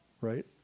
right